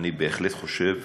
אני בהחלט חושב